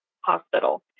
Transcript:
hospital